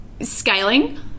Scaling